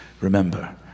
Remember